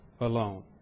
alone